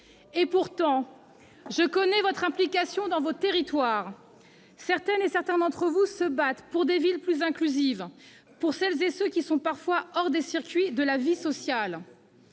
Pourtant, je connais votre implication dans vos territoires. Certaines et certains d'entre vous se battent pour des villes plus inclusives, au service de celles et de ceux qui vivent parfois hors des circuits de la vie sociale.